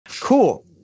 Cool